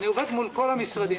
אני עובד מול כל המשרדים.